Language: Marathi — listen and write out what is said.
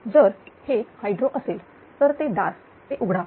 जर हे हायड्रो असेल तर ते दार ते उघडा